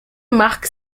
mark